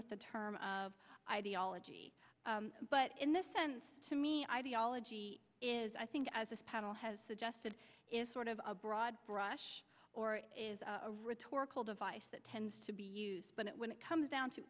with the term of ideology but in this sense to me ideology is i think as this panel has suggested is sort of a broad brush or is a rhetorical device that tends to be used but when it comes down to